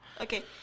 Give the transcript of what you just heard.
Okay